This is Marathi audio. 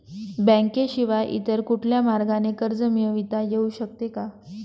बँकेशिवाय इतर कुठल्या मार्गाने कर्ज मिळविता येऊ शकते का?